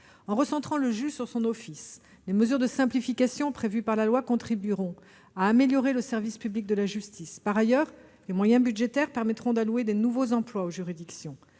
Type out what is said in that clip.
En recentrant le juge sur son office, les mesures de simplification prévues par la loi contribueront à améliorer le service public de la justice. Par ailleurs, les moyens budgétaires permettront d'allouer de nouveaux emplois aux juridictions.